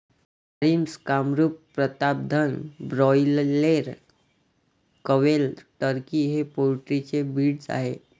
Jharsim, Kamrup, Pratapdhan, broiler, quail, turkey हे poultry चे breed आहेत